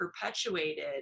perpetuated